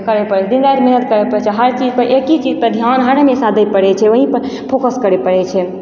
करै परै दिन राति मेहनत करै परै छै हर चीज पर एक ही चीज पर ध्यान हर हमेशा दै परै छै ओही पर फोकस करै परै छै